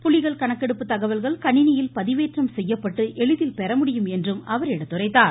புலிகள் கணக்கெடுப்பு தகவல்கள் கணினியில் பதிவேற்றம் செய்யப்பட்டு எளிதில் பெறமுடியும் என்றும் அவர் எடுத்துரைத்தார்